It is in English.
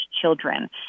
children